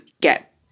get